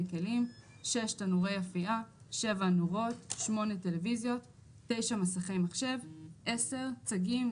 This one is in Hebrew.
כלים תנורי אפייה נורות טלוויזיות מסכי מחשב 10. צגים,